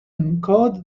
encode